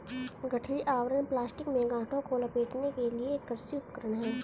गठरी आवरण प्लास्टिक में गांठों को लपेटने के लिए एक कृषि उपकरण है